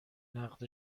نقد